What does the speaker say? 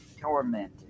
tormented